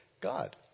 God